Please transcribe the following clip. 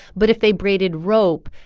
but if they braided rope,